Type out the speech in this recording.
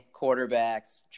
quarterbacks